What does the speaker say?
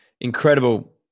incredible